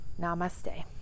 Namaste